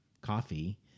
coffee